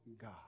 God